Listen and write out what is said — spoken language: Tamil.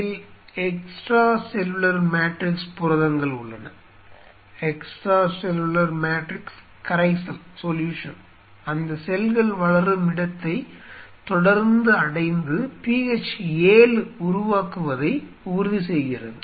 இதில் எக்ஸ்ட்ரா செல்லுலார் மேட்ரிக்ஸ் புரதங்கள் உள்ளன எக்ஸ்ட்ரா செல்லுலார் மேட்ரிக்ஸ் கரைசல் அந்த செல்கள் வளரும் இடத்தை தொடர்ந்து அடைந்து pH 7 ஐ உருவாக்குவதை உறுதிசெய்கிறது